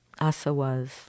asawas